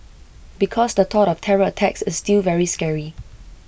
because the thought of terror attacks is still very scary